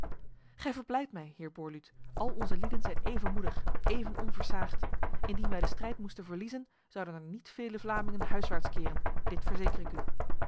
gij verblijdt mij heer borluut al onze lieden zijn even moedig even onversaagd indien wij de strijd moesten verliezen zouden er niet vele vlamingen huiswaarts keren dit verzeker ik u